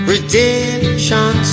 Redemption